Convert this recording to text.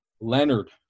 Leonard